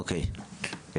אוקיי,